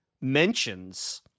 mentions